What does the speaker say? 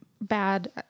Bad